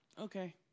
Okay